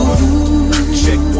Check